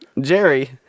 Jerry